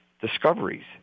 discoveries